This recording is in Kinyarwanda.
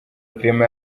clement